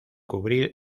cubrir